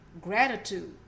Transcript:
gratitude